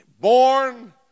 Born